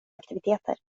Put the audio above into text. aktiviteter